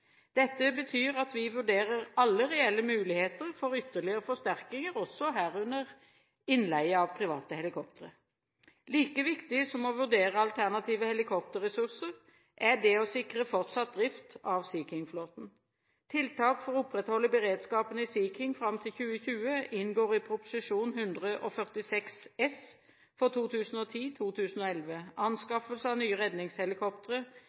Dette betyr at vi vurderer alle reelle muligheter for ytterligere forsterkninger, herunder også innleie av private helikoptre. Like viktig som å vurdere alternative helikopterressurser er det å sikre fortsatt drift av Sea King-flåten. Tiltak for å opprettholde beredskapen i Sea King fram til 2020 inngår i Prop. 146 S for 2010–2011, Anskaffelse av nye redningshelikoptre